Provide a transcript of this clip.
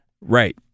right